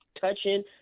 touching